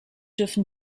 dürfen